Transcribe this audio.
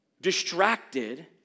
distracted